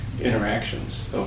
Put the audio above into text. interactions